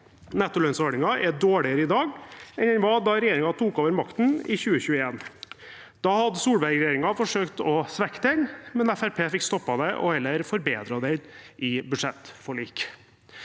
Nettolønnsordningen er dårligere i dag enn den var da regjeringen tok over makten i 2021. Da hadde Solberg-regjeringen forsøkt å svekke den, men Fremskrittspartiet fikk stoppet det og heller forbedret den i budsjettforlik.